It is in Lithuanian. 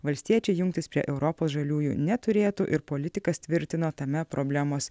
valstiečiai jungtis prie europos žaliųjų neturėtų ir politikas tvirtino tame problemos